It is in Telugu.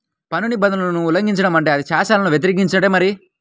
పన్ను నిబంధనలను ఉల్లంఘించడం అంటే అది శాసనాలను వ్యతిరేకించినట్టే మరి